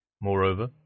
Moreover